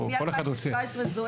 אני מ-2017 זועקת.